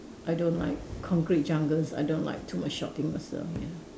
I don't like concrete jungles I don't like too much shopping also ya